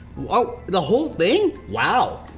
oh, the whole thing? wow.